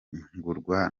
ntungurwa